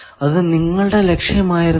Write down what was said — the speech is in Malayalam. അത് നിങ്ങളുടെ ലക്ഷ്യമായിരുന്നില്ല